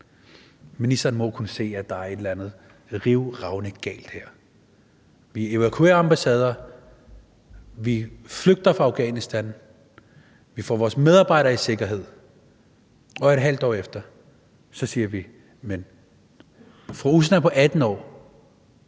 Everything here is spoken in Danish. Ministeren må jo kunne se, at der er et eller andet rivende galt her. Vi evakuerer ambassader, vi flygter fra Afghanistan, vi får vores medarbejdere i sikkerhed, og et halvt år efter siger vi, at for dig, Usna på 18 år,